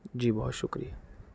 جی بہت شُکریہ